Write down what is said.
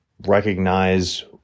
recognize